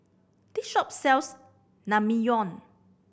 this shop sells Naengmyeon